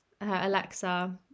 Alexa